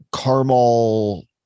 caramel